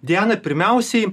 diana pirmiausiai